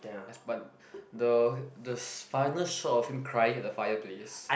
but the the final shot of him crying at the fireplace